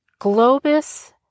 globus